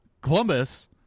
Columbus